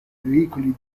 veicoli